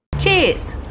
Cheers